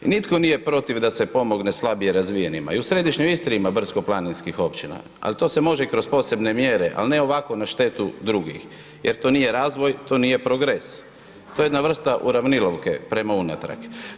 Nitko nije protiv da se pomogne slabije razvijenima, i u središnjoj Istri ima brdsko-planinskih općina ali to se može i kroz posebne mjere ali ne ovako na štetu drugih jer to nije razvoj, to nije progres, to je jedna vrsta uravnilovke prema unatrag.